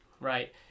right